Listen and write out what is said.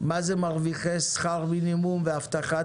מה זה מרוויחי שכר מינימום והבטחת